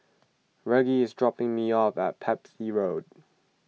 Reggie is dropping me off at Pepys Road